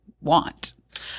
want